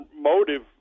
motive